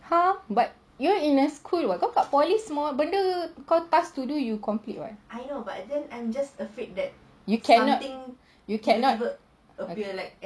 !huh! but you are in a school [what] kau kat polytechnic semua benda kau task to do you complete [what]